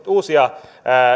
uusia